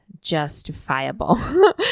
justifiable